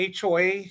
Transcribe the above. HOA